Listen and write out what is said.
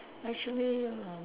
actually uh